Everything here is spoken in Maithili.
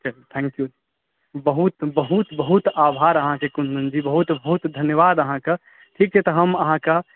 अच्छा थैंक्यु बहुत बहुत बहुत आभारअहाँकेँ कुन्दनजी बहुत बहुत धन्यवाद अहाँकेॅं ठीक छै तऽ हम अहाँकेँ